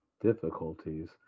Difficulties